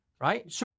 right